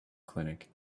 clinic